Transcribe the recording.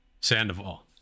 Sandoval